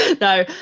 no